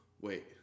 Wait